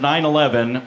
9-11